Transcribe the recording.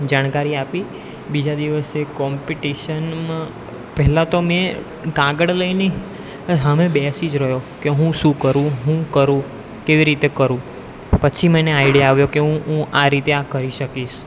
જાણકારી આપી બીજા દિવસે કોમ્પિટિશનમાં પહેલાં તો મેં કાગળ લઈને હા મેં બેસી જ રહ્યો કે હું શું કરું હુ કરું કેવી રીતે કરું પછી મને આઇડિયા આવ્યો કે હું હું આ રીતે આ કરી શકીશ